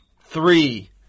three